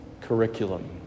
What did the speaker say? curriculum